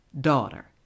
daughter